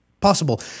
possible